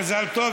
מזל טוב.